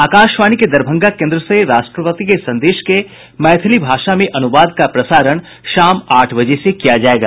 आकाशवाणी के दरभंगा कोन्द्र से राष्ट्रपति के संदेश के मैथिली भाषा में अनुवाद का प्रसारण शाम आठ बजे से किया जाएगा